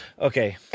Okay